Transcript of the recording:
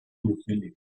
utili